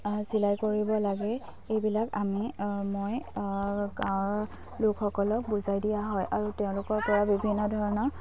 চিলাই কৰিব লাগে এইবিলাক আমি মই গাঁৱৰ লোকসকলক বুজাই দিয়া হয় আৰু তেওঁলোকৰ পৰা বিভিন্ন ধৰণৰ